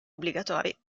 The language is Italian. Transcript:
obbligatori